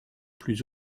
plus